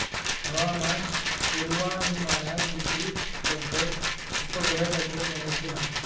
हवामान पुर्वानुमानात दुसरी पद्धत उपग्रह तंत्रज्ञानाची हा